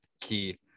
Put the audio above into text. key